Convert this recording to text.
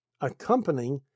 accompanying